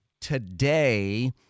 today